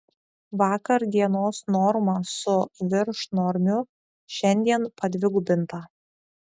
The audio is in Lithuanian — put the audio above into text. vakar dienos norma su viršnormiu šiandien padvigubinta